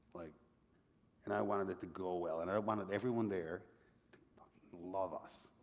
like and i wanted it to go well, and i wanted everyone there to fucking love us.